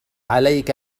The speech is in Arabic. عليك